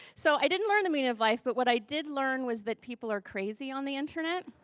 so, i didn't learn the meaning of life, but what i did learn was that people are crazy on the internet.